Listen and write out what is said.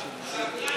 תודה.